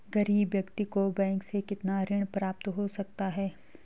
गरीब व्यक्ति को बैंक से कितना ऋण प्राप्त हो सकता है?